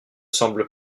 semble